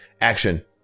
action